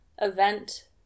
event